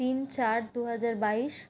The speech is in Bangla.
তিন চার দুহাজার বাইশ